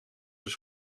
zijn